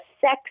sex